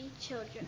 children